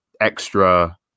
extra